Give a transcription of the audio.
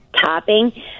topping